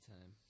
time